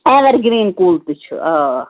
ever green کُل تہِ چھُ آ